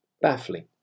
Baffling